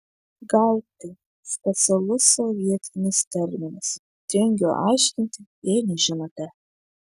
gauti specialus sovietinis terminas tingiu aiškinti jei nežinote